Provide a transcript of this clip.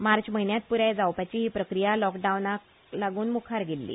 मार्च म्हयन्यांत पुराय जावपाची ही प्रक्रिया लॉकडावनाक लागून मुखार गेली